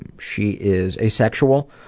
and she is asexual